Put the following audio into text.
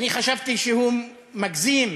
אני חשבתי שהוא מגזים,